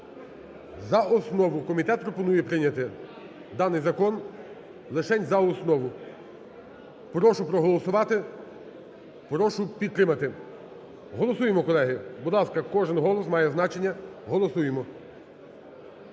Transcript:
за основу. Комітет пропонує прийняти даний закон лишень за основу. Прошу проголосувати, прошу підтримати. Голосуємо, колеги. Будь ласка, кожен голос має значення. Голосуємо.